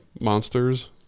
monsters